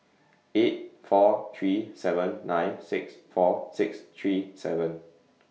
eight four three seven nine six four six three seven